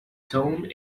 tone